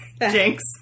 Jinx